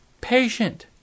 patient